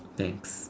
thanks